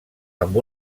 amb